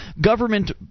government